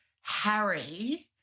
Harry